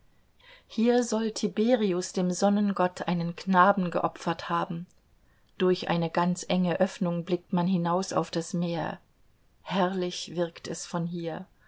hier soll tiberius dem sonnengott einen knaben geopfert haben eine ganz enge öffnung blickt man hinaus auf das meer herrlich wirkt es von hier